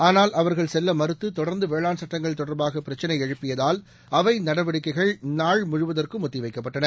ஆனால் அவர்கள் செல்லமறுத்தொடர்ந்துவேளாண் சட்டங்கள் தொடர்பாகபிரச்சினைஎழுப்பியதால் அவைநடவடிக்கைகள் நாள் முழுவதற்கும் ஒத்திவைக்கப்பட்டன